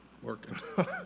working